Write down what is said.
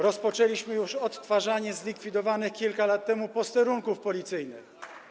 Rozpoczęliśmy już odtwarzanie zlikwidowanych kilka lat temu posterunków policyjnych.